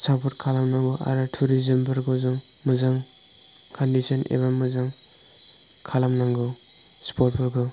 support खालाम नांगौ आरो टुरिजोम फोरखौ जों मोजां क'न्डिश'न एबा मोजां खालाम नांगौ स्प'ट फोरखौ